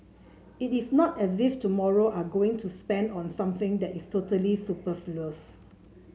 it is not as if tomorrow are going to spend on something that is totally superfluous